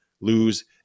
lose